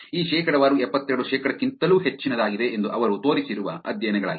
ಈ ಶೇಕಡಾವಾರು ಎಪ್ಪತ್ತೆರಡು ಶೇಕಡಾಕ್ಕಿಂತಲೂ ಹೆಚ್ಚಿನದಾಗಿದೆ ಎಂದು ಅವರು ತೋರಿಸಿರುವ ಅಧ್ಯಯನಗಳಾಗಿವೆ